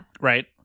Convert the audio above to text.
Right